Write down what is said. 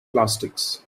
plastics